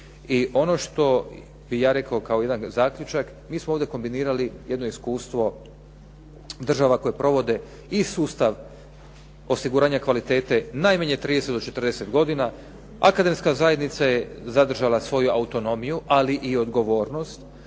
i ono što bih ja rekao kao jedan zaključak mi smo ovdje kombinirali jedno iskustvo država koje provode i sustav osiguranja kvalitete najmanje 30 do 40 godina. Akademska zajednica je zadržala svoju autonomiju ali i odgovornost.